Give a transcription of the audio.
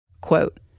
Quote